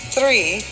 Three